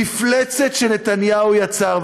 מפלצת שנתניהו יצר.